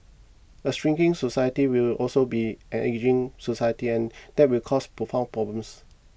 a shrinking society will also be an ageing society and that will cause profound problems